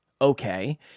Okay